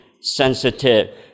sensitive